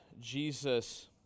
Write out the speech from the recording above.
Jesus